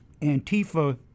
antifa